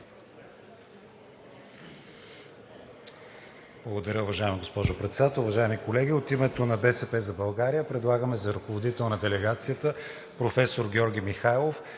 Благодаря Ви, уважаема госпожо Председател. Уважаеми колеги, от парламентарната група на „БСП за България“ предлагаме за ръководител на делегацията професор Георги Михайлов.